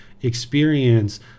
experience